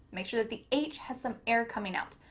make sure that the h has some air coming out,